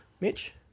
Mitch